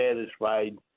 satisfied